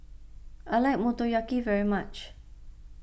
I like Motoyaki very much